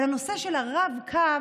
אבל הנושא של הרב-קו